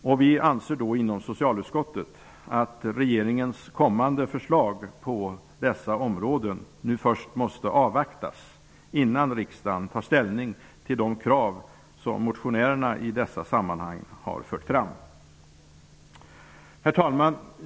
Socialutskottet anser därför att regeringens kommande förslag på detta område först måste avvaktas innan riksdagen tar ställning till de krav som motionärerna i dessa sammanhang har fört fram. Herr talman!